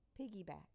Piggyback